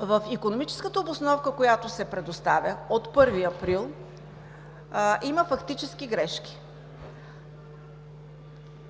В икономическата обосновка, която се предоставя от 1 април, има фактически грешки.